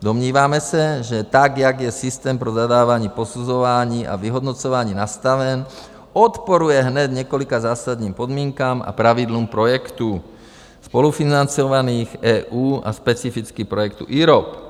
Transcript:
Domníváme se, že tak, jak je systém pro zadávání, posuzování a vyhodnocování nastaven, odporuje hned několika zásadním podmínkám a pravidlům projektů spolufinancovaných EU a specificky projektu IROP.